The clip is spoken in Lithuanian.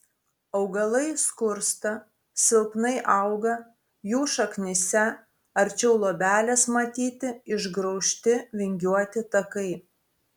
augalai skursta silpnai auga jų šaknyse arčiau luobelės matyti išgraužti vingiuoti takai